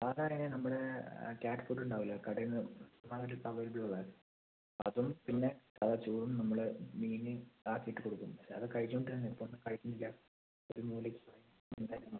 നമ്മൾ cat food ഉണ്ടാവുമല്ലോ കടയിൽ നിന്ന് വാങ്ങിയിട്ട് അതും പിന്നെ ചോറും നമ്മൾ മീൻ ഇതാക്കിയിട്ട് കൊടുക്കും അത് കഴിച്ചോണ്ടിരുന്നതാ ഇപ്പൊ ഒന്നും കഴിക്കുന്നില്ല ഒരു മൂലയ്ക്ക്